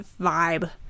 vibe